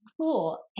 cool